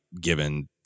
given